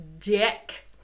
dick